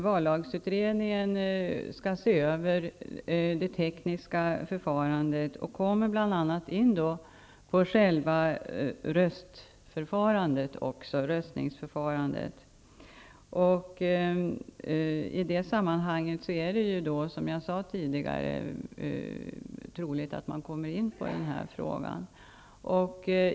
Vallagsutredningen skall se över det tekniska förfarandet och kommer bl.a. in på själva röstningsförandet. I detta sammanhang är det, som jag sade tidigare, troligt att utredningen kommer in även på denna fråga.